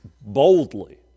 boldly